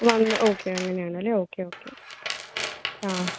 വന്ന് ഓക്കെ അങ്ങനെയാണല്ലെ okay okay ആ